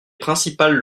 principales